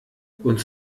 und